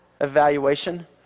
Evaluation